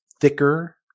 thicker